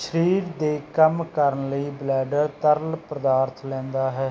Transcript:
ਸਰੀਰ ਦੇ ਕੰਮ ਕਰਨ ਲਈ ਬਲੈਡਰ ਤਰਲ ਪਦਾਰਥ ਲੈਂਦਾ ਹੈ